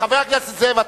חבר הכנסת זאב,